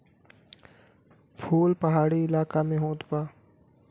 फूल पहाड़ी इलाका में होत बा